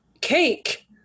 cake